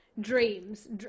dreams